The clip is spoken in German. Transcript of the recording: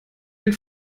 den